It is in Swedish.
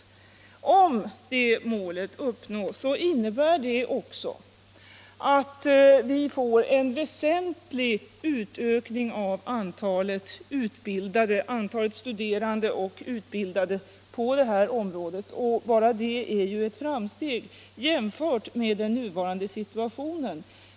Om målet uppnås innebär det även att vi får en väsentlig utökning av antalet studerande och utbildade på området, och bara detta är ju ett framsteg jämfört: med den nuvarande situationen.